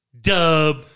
dub